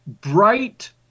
bright